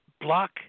block